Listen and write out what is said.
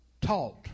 taught